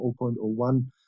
0.01